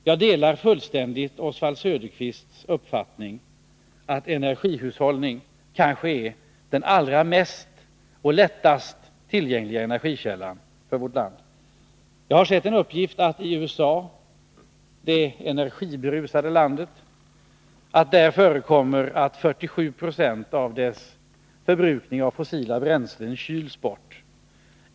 Jag delar fullständigt Oswald Söderqvists uppfattning att energihushållningen är den mest omfattande och lättast tillgängliga energikällan för vårt land. Jag har sett en uppgift om att det i USA, det energiberusade landet, förekommer att 47 Ze av dess förbrukning av fossila bränslen kyls bort.